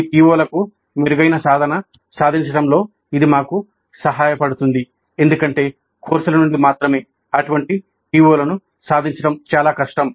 ఈ PO లకు మెరుగైన సాధన సాధించడంలో ఇది మాకు సహాయపడుతుంది ఎందుకంటే కోర్సుల నుండి మాత్రమే అటువంటి PO లను సాధించడం చాలా కష్టం